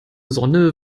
sonne